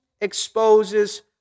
exposes